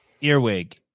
earwig